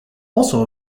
also